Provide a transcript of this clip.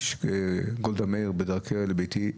כביש גולדה מאיר, בדרכי לביתי.